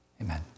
Amen